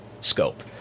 scope